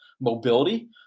mobility